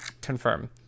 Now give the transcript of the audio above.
Confirm